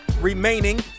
remaining